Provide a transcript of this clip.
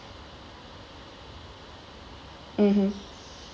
mmhmm